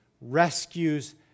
rescues